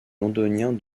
londonien